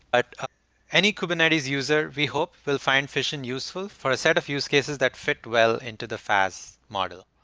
ah any kubernetes user, we hope, will find fission useful for a set of use cases that fit well into the fast model.